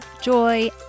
joy